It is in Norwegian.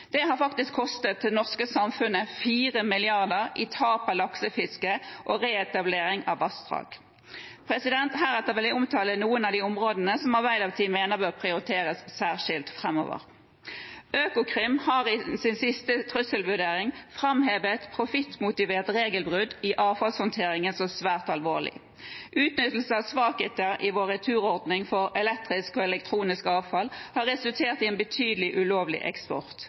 Det har kostet Norge 4 mrd. kr i tap av laksefiske og reetablering av vassdrag. Heretter vil jeg omtale noen av de områdene som Arbeiderpartiet mener bør prioriteres særskilt framover. Økokrim har i sin siste trusselvurdering framhevet profittmotiverte regelbrudd i avfallshåndteringen som svært alvorlig. Utnyttelse av svakheter i vår returordning for elektrisk og elektronisk avfall har resultert i en betydelig ulovlig eksport.